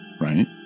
right